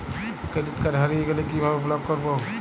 Credit card হারিয়ে গেলে কি ভাবে ব্লক করবো?